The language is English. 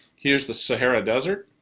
here's the sahara desert,